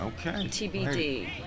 TBD